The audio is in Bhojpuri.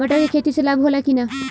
मटर के खेती से लाभ होला कि न?